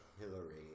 Hillary